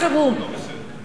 לא יקרה שום דבר,